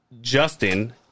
Justin